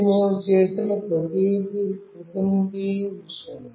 ఇది మేము చేసిన ప్రతినిధి విషయం